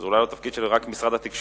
וזה אולי לא תפקיד רק של משרד התקשורת,